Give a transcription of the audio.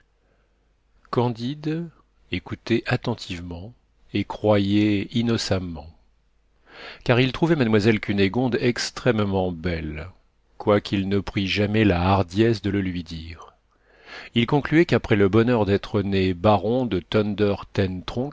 candide écoutait attentivement et croyait innocemment car il trouvait mademoiselle cunégonde extrêmement belle quoiqu'il ne prît jamais la hardiesse de le lui dire il concluait qu'après le bonheur d'être né baron de